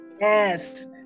Yes